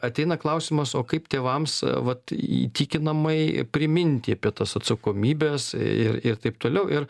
ateina klausimas o kaip tėvams vat įtikinamai priminti apie tas atsakomybes ir ir taip toliau ir